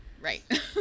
right